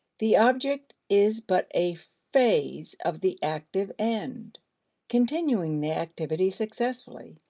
the object is but a phase of the active end continuing the activity successfully.